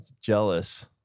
jealous